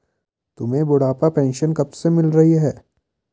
तुम्हें बुढ़ापा पेंशन कब से मिल रही है?